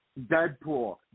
Deadpool